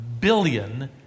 billion